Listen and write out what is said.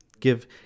give